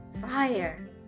fire